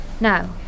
Now